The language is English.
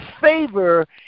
favor